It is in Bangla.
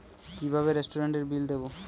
কিভাবে রেস্টুরেন্টের বিল দেবো?